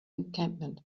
encampment